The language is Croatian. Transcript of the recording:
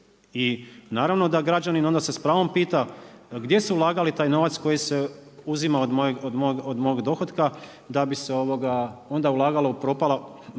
i naravno da građanin onda se s pravom pita, gdje su ulagali koji se uzima od mog dohotka da bi se onda ulagalo eventualno